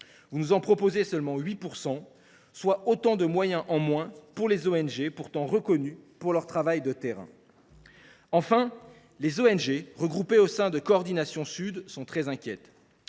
Votre budget atteint seulement 8 %, soit autant de moyens en moins pour les ONG, pourtant reconnues pour leur travail de terrain. Enfin, les organisations regroupées au sein de Coordination SUD sont très inquiètes,